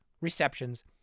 receptions